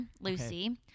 Lucy